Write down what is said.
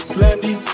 Slendy